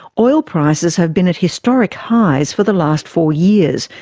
oil prices have been at historic highs for the last four years,